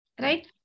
right